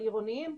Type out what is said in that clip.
העירוניים,